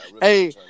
hey